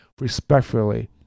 respectfully